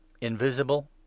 invisible